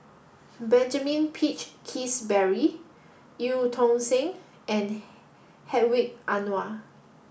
Benjamin Peach Keasberry Eu Tong Sen and Hedwig Anuar